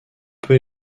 peu